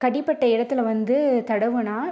கடிப்பட்ட இடத்துல வந்து தடவினா